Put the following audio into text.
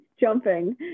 jumping